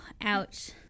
ouch